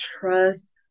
trust